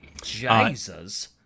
Jesus